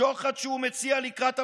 שוחד שהוא מציע לקראת הבחירות,